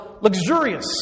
luxurious